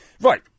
Right